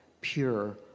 pure